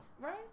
right